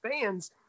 fans